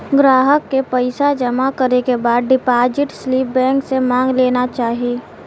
ग्राहक के पइसा जमा करे के बाद डिपाजिट स्लिप बैंक से मांग लेना चाही